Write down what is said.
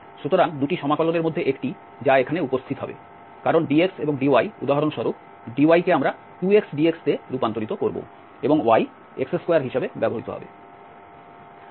সুতরাং 2 টি সমাকলনের মধ্যে একটি যা এখানে উপস্থিত হবে কারণ dx এবং dy উদাহরণস্বরূপ dy কে আমরা 2 x dx তে রূপান্তর করব এবং y x2 হিসাবে ব্যবহৃত হবে